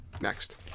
Next